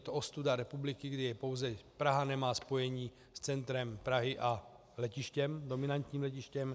Je to ostuda republiky, kdy Praha nemá spojení s centrem Prahy a letištěm, dominantním letištěm.